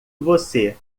você